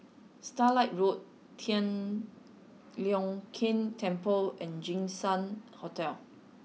Starlight Road Tian Leong Keng Temple and Jinshan Hotel